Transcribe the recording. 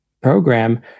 program